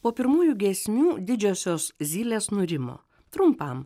po pirmųjų giesmių didžiosios zylės nurimo trumpam